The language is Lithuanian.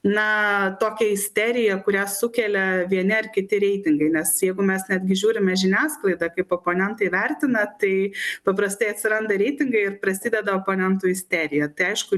na tokią isteriją kurią sukelia vieni ar kiti reitingai nes jeigu mes netgi žiūrime žiniasklaidą kaip oponentai vertina tai paprastai atsiranda reitingai ir prasideda oponentų isterija tai aišku